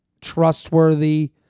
trustworthy